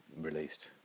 released